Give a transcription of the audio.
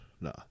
no